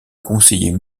conseiller